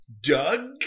Doug